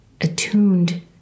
attuned